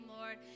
Lord